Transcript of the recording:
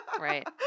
right